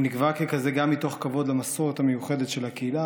הוא נקבע ככזה גם מתוך כבוד למסורת המיוחדת של הקהילה,